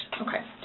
Okay